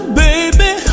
baby